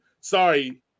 sorry